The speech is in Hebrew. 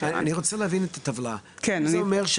אני מתכבד לפתוח ישיבה של הוועדה המיוחדת לפניות ציבור.